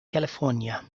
california